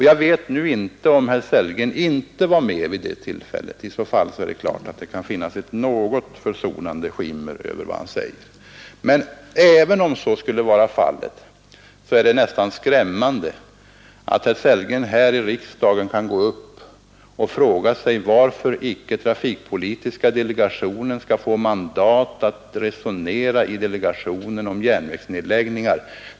Jag vet inte om herr Sellgren var närvarande vid det tillfället — i så fall kan det finnas ett något försonande skimmer över vad han sade — men även om han inte var närvarande är det nästan skrämmande att herr Sellgren här i kammaren kan stå upp och fråga varför trafikpolitiska delegationen icke skall få mandat att resonera om järnvägsnedläggningar.